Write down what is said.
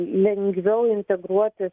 lengviau integruotis